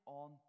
on